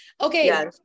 Okay